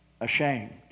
ashamed